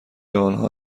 آنها